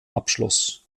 abschloss